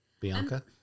Bianca